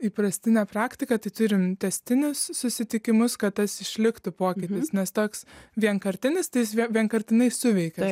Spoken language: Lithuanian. įprastinę praktiką tai turim tęstinius susitikimus kad tas išliktų pokytis nes toks vienkartinis tai jis vienkartiniai suveikia